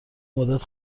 مدت